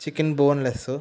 chicken boneless